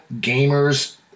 gamers